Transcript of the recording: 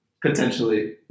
Potentially